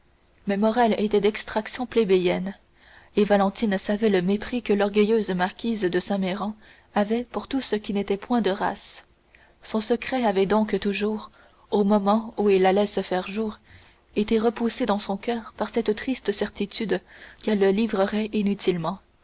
mais morrel était d'extraction plébéienne et valentine savait le mépris que l'orgueilleuse marquise de saint méran avait pour tout ce qui n'était point de race son secret avait donc toujours au moment où il allait se faire jour été repoussé dans son coeur par cette triste certitude qu'elle le livrerait inutilement